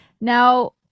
now